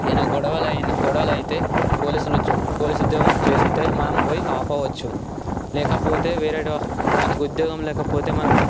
ఏవైనా గొడవలు అయినా గొడవలు అయితే పోలీసులు పోలీసు ఉద్యోగం చేస్తే మనం పోయి ఆపవచ్చు లేకపోతే వేరే మనకు ఉద్యోగం లేకపోతే మన